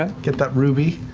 ah get that ruby.